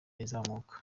izamuka